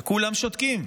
וכולם שותקים.